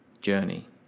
journey